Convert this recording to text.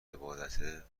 عبادته